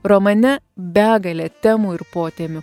romane begalė temų ir potėmių